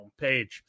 homepage